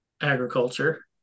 agriculture